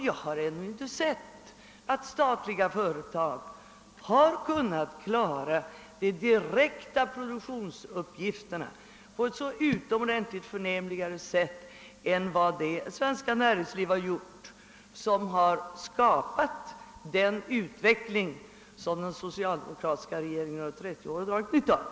Jag har ännu inte sett att statliga företag har kunnat klara de direkta produk tionsuppgifterna på ett så utomordentligt mycket mer förnämligt sätt än vad det svenska näringsliv gjort som skapat den utveckling som den socialdemokratiska regeringen under trettio år dragit nytta av.